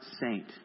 saint